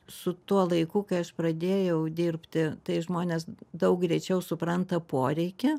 su tuo laiku kai aš pradėjau dirbti tai žmonės daug greičiau supranta poreikį